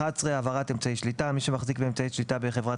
העברת אמצעי שליטה 11. מי שמחזיק באמצעי שליטה בחברת